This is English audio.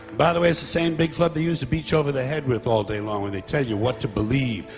by the way it's the same big club that used to beat you over the head with all day long when they tell you what to believe,